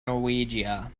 norwegia